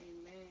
Amen